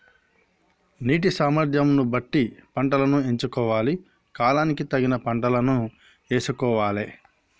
నీటి సామర్థ్యం ను బట్టి పంటలను ఎంచుకోవాలి, కాలానికి తగిన పంటలను యేసుకోవాలె